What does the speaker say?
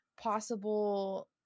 possible